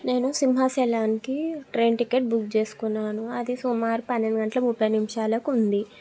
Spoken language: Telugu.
నేను సింహాచలానికి ట్రైన్ టికెట్ బుక్ చేసుకున్నాను అది సుమారు పన్నెండు గంటల ముప్పై నిమిషాలకు ఉంది